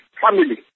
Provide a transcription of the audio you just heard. family